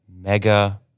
mega